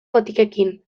botikekin